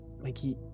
mikey